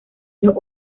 los